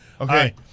Okay